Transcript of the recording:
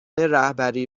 رهبری